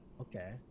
Okay